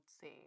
say